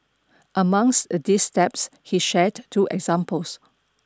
amongst these steps he shared two examples